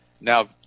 Now